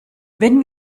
wenn